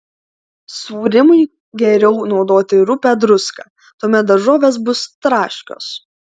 sūrymui geriau naudoti rupią druską tuomet daržovės bus traškios